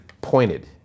pointed